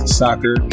soccer